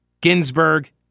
Ginsburg